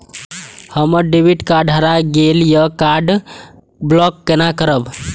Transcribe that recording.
हमर debit card हरा गेल ये कार्ड ब्लॉक केना करब?